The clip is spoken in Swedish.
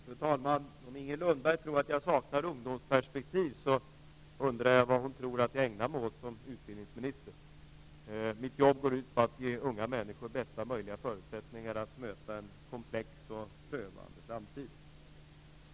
Fru talman! Om Inger Lundberg tror att jag saknar undomsperspektiv undrar jag vad hon tror att jag ägnar mig åt som utbildningsminister. Mitt jobb går ut på att ge unga människor bästa möjliga förutsättningar att möta en komplex och prövande framtid.